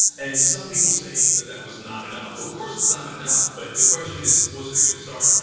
and some people say that that was not enough. of course, it's not enough. but the question is, was it a good start?